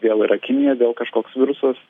vėl yra kinija vėl kažkoks virusas